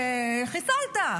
חיסלת,